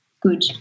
good